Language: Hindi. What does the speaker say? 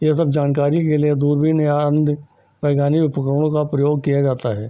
यह सब जानकारी के लिए दूरबीन या अन्य वैज्ञानिक उपकरणों का प्रयोग किया जाता है